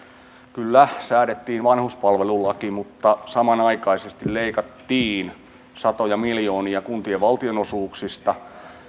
kyllä säädettiin vanhuspalvelulaki mutta samanaikaisesti leikattiin satoja miljoonia kuntien valtionosuuksista